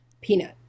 peanut